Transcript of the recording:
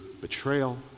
betrayal